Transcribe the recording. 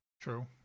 True